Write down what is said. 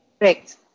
Correct